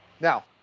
Now